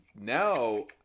now